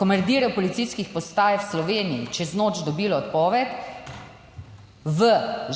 komandirjev policijskih postaj v Sloveniji čez noč dobilo odpoved, v